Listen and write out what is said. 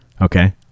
Okay